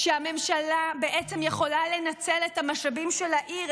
שהממשלה בעצם יכולה לנצל את המשאבים של העיר,